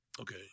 Okay